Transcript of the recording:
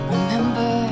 Remember